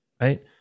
right